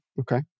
Okay